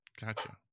Gotcha